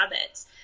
habits